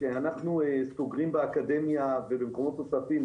כשאנחנו סוגרים באקדמיה ובמקומות נוספים,